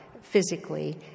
physically